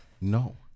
No